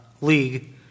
league